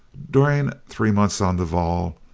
during three months on the waal,